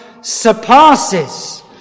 surpasses